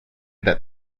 that